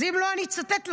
אז אם לא, אני אצטט לכם.